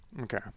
okay